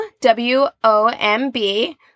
W-O-M-B